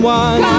one